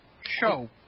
show